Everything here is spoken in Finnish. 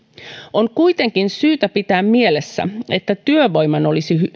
on kuitenkin syytä pitää mielessä että työvoiman olisi